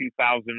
2000